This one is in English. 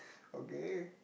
okay